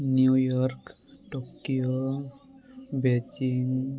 New York Tokyo Beijing